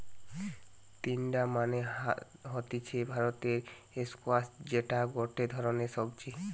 তিনডা মানে হতিছে ভারতীয় স্কোয়াশ যেটা গটে ধরণের সবজি